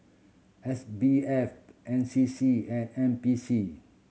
S B F N C C and N P C